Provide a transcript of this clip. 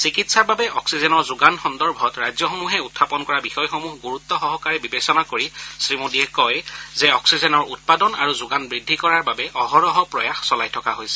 চিকিৎসাৰ বাবে অক্সিজেনৰ যোগান সন্দৰ্ভত ৰাজ্যসমূহে উখাপন কৰা বিষয়সমূহ গুৰুত্ব সহকাৰে বিবেচনা কৰি শ্ৰীমোদীয়ে কয় যে অক্সিজেনৰ উৎপাদন আৰু যোগান বৃদ্ধি কৰাৰ বাবে অহৰহ প্ৰয়াস চলাই থকা হৈছে